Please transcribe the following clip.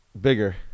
Bigger